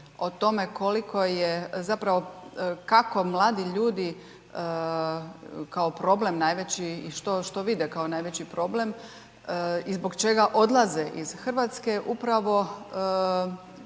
o tome, koliko je, zapravo kako mladi ljudi kao problem najveći, što vide kao najveći problem i zbog čega odlaze iz Hrvatske, upravo